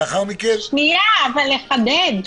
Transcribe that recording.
שנייה, אבל לחדד.